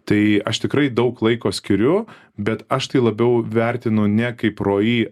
tai aš tikrai daug laiko skiriu bet aš tai labiau vertinu ne kaip pro į